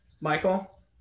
Michael